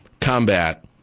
combat